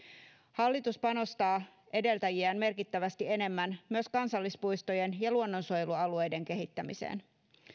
hallitus panostaa edeltäjiään merkittävästi enemmän myös kansallispuistojen ja luonnonsuojelualueiden kehittämiseen